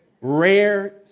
rare